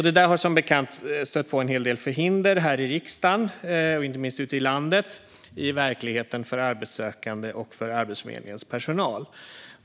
Det där har som bekant stött på en hel del förhinder här i riksdagen och inte minst ute i landet, i verkligheten för arbetssökande och för Arbetsförmedlingens personal.